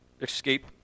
escape